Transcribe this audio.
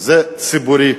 זה ציבורי.